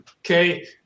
Okay